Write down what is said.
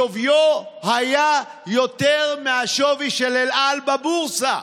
שוויו היה יותר מהשווי של אל על בבורסה.